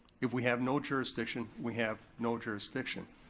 if we have no jurisdiction, we have no jurisdiction.